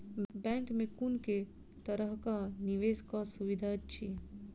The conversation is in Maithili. बैंक मे कुन केँ तरहक निवेश कऽ सुविधा अछि?